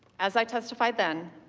as i testified then,